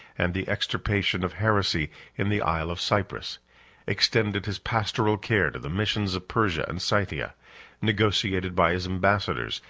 and the extirpation of heresy in the isle of cyprus extended his pastoral care to the missions of persia and scythia negotiated, by his ambassadors,